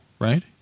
right